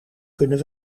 kunnen